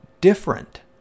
different